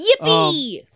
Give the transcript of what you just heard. Yippee